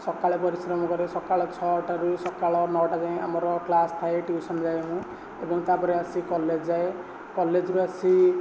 ସକାଳେ ପରିଶ୍ରମ କରେ ସକାଳ ଛଅଟାରୁ ସକାଳ ନଅଟା ଯାଏଁ ଆମର କ୍ଲାସ୍ ଥାଏ ଟ୍ୟୁସନ୍ ଯାଏ ମୁଁ ଏବଂ ତା'ପରେ ଆସି କଲେଜ୍ ଯାଏ କଲେଜ୍ରୁ ଆସି